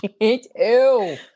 Ew